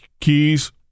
Keys